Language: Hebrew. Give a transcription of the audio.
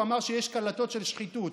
הוא אמר שיש קלטות של שחיתות,